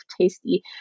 tasty